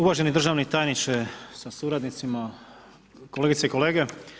Uvaženi državni tajniče sa suradnicima, kolegice i kolege.